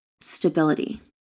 stability